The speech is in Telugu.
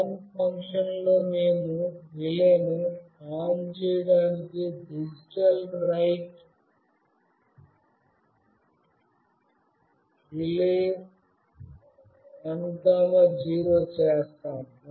ఆన్ ఫంక్షన్లోమేము రిలేను ఆన్ చేయడానికి డిజిటల్ రైట్ digitalWriteRELAY10 చేస్తాము